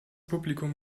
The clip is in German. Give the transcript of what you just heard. publikum